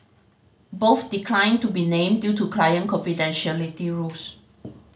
both declined to be named due to client confidentiality rules